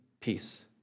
peace